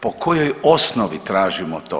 Po kojoj osnovi tražimo to?